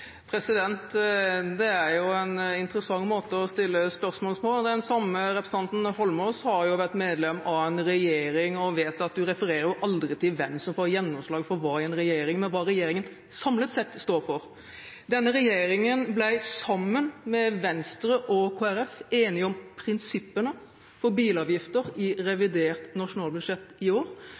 Det er jo en interessant måte å stille spørsmål på. Den samme representanten, Eidsvoll Holmås, har vært medlem av en regjering og vet at en aldri refererer til hvem som får gjennomslag for hva i en regjering, men hva en regjering samlet sett står for. Denne regjeringen ble, sammen med Venstre og Kristelig Folkeparti, enig om prinsippene for bilavgifter i revidert nasjonalbudsjett i år.